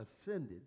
ascended